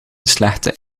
slechte